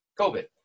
COVID